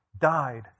died